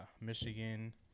Michigan